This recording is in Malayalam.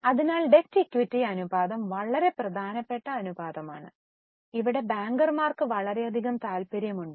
അതിനാൽ ഡെറ്റ് ഇക്വിറ്റി അനുപാതം വളരെ പ്രധാനപ്പെട്ട അനുപാതമാണ് അവിടെ ബാങ്കർമാർക്ക് വളരെയധികം താൽപ്പര്യമുണ്ട്